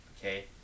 okay